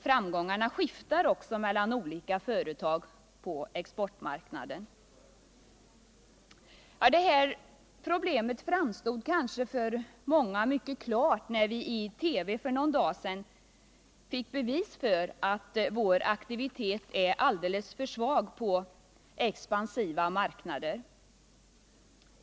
Framgångarna skiftar också mellan olika företag på exportmarknaden. Det här problemet framstod kanske för många mycket klart när vii TV för nägon dag sedan fick bevis på att vår aktivitet är alldeles för svag på expansiva marknader.